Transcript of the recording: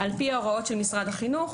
הוראות משרד החינוך,